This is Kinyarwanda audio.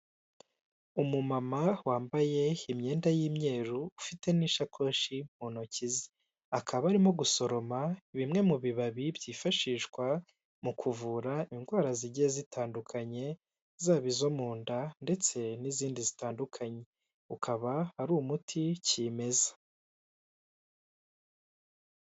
Umu mama wambaye imyenda y'imyeru ufite n'ishakoshi mu ntoki ze, akaba arimo gusoroma bimwe mu bibabi byifashishwa mu kuvura indwara zigiye zitandukanye, zaba izo mu nda ndetse n'izindi zitandukanye, ukaba ari umuti kimeza.